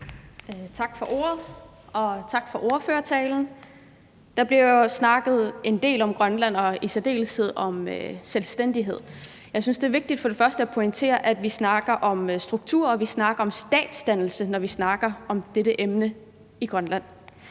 Tak for ordet, og tak for ordførertalen. Der bliver snakket en del om Grønland og i særdeleshed om selvstændighed. Jeg synes, det er vigtigt at pointere, at vi snakker om struktur og om statsdannelse, når vi snakker om dette emne i Grønland.